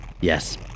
yes